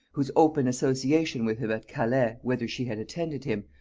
whose open association with him at calais, whither she had attended him,